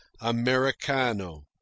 Americano